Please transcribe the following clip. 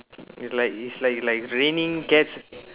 it like it's like like raining cats